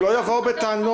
הם לא יבוא בטענות.